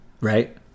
Right